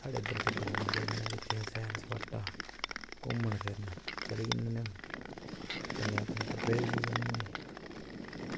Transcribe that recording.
साढ़े इद्धर ते बड़ियां जगह न ते सैर सपाटा घुम्मन फिरन चली जन्ने होन्ने ते कन्नै अपने टब्बरै गी बी लेई जन्ने होन्ने